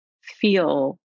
feel